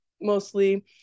mostly